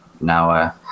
now